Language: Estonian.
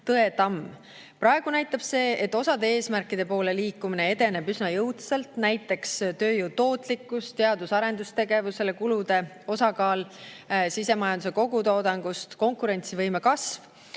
Tõetamm. Praegu näitab see, et osa eesmärkide poole liikumine edeneb üsna jõudsalt, näiteks tööjõu tootlikkus, teadus- ja arendustegevuse kulude osakaal sisemajanduse kogutoodangust, konkurentsivõime kasv.